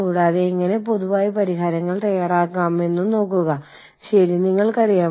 കൂടാതെ കമ്പനിക്ക് ലോകമെമ്പാടും അതിന്റെ ഓഫീസുകൾ ഉണ്ടായിരിക്കാം